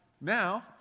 now